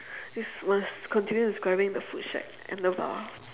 it's worse continue describing the food shack and the bar